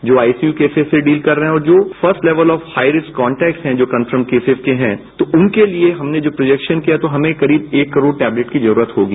जो ICU cases से deal कर रहे हैं और जो first level of high risk contacts हैं जो कन्फर्मड केसेज के हैं तो उनके लिये हमने जो प्रोजैक्शन किया तो हमें करीब एक करोड़ टैबलेट की जरूरत होगी